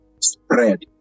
spread